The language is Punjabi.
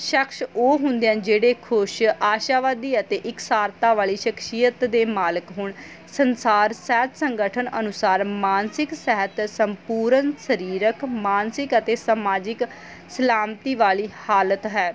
ਸ਼ਖਸ ਉਹ ਹੁੰਦੇ ਆ ਜਿਹੜੇ ਖੁਸ਼ ਆਸ਼ਾਵਾਦੀ ਅਤੇ ਇੱਕਸਾਰਤਾ ਵਾਲੀ ਸ਼ਖਸ਼ੀਅਤ ਦੇ ਮਾਲਕ ਹੋਣ ਸੰਸਾਰ ਸਹਿਤ ਸੰਗਠਨ ਅਨੁਸਾਰ ਮਾਨਸਿਕ ਸਹਿਤ ਸੰਪੂਰਨ ਸਰੀਰਕ ਮਾਨਸਿਕ ਅਤੇ ਸਮਾਜਿਕ ਸਲਾਮਤੀ ਵਾਲੀ ਹਾਲਤ ਹੈ